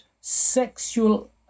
sexual